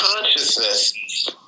consciousness